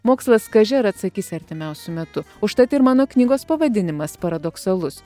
mokslas kaži ar atsakys artimiausiu metu užtat ir mano knygos pavadinimas paradoksalus